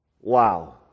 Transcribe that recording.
Wow